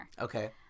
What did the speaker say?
Okay